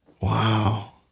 Wow